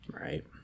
Right